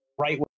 right